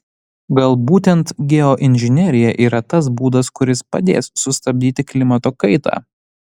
gal būtent geoinžinerija yra tas būdas kuris padės sustabdyti klimato kaitą